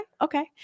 okay